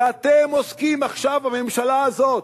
ואתם עוסקים עכשיו, בממשלה הזאת,